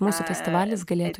mūsų festivalis galėtų